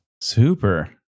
Super